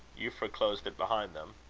euphra closed it behind them.